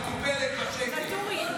מקופלת בשקם...